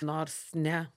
nors ne